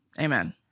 Amen